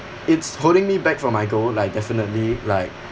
it's holding me back from my goal like definitely like